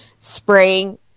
spraying